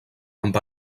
amb